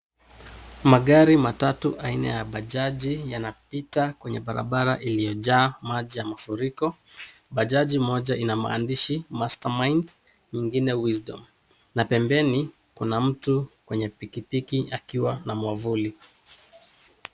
Magari matatu aina ya bajaji yanapita kwenye barabara iliyojaa maji ya mafuriko, bajaji moja ina maandishi master mind , nyingine wisdom na pembeni kuna mtu kwenye pikipiki akiwa na mwavuli.